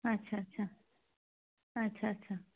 আচ্ছা আচ্ছা আচ্ছা আচ্ছা